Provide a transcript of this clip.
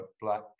black